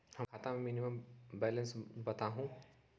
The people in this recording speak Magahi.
हमरा खाता में मिनिमम बैलेंस बताहु?